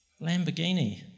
Lamborghini